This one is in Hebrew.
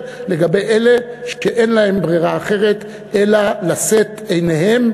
לגבי אלה שאין להם ברירה אלא לשאת עיניהם,